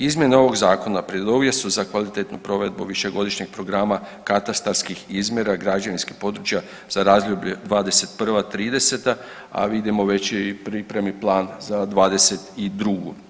Izmjene ovog zakona preduvjet su za kvalitetnu provedbu višegodišnjeg programa katastarskih izmjera građevinskih područja za razdoblje '21.-'30., a vidimo već je u pripremi plan za '22.